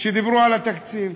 כשדיברו על התקציב.